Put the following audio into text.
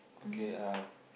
okay uh